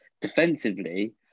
defensively